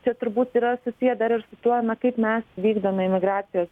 čia turbūt yra susiję dar ir su tuo ne kaip mes vykdome imigracijos